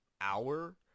hour